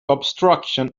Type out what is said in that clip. obstruction